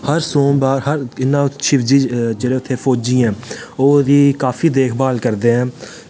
हर सोमबार इयां उत्थें शिवदी जेह्ड़े उत्थें फौजी ऐं ओह् ओह्दी काफी देख भाल करदे ऐं